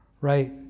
right